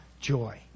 joy